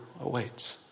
awaits